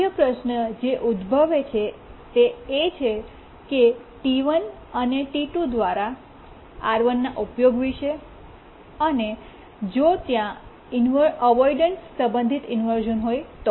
મુખ્ય પ્રશ્ન જે ઉદ્ભવે છે તે છે કે T 1 અને T2 દ્વારા R1 ના ઉપયોગ વિશે અને જો ત્યાં અવોઇડન્સ સંબંધિત ઇન્વર્શ઼ન હોય તો